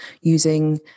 using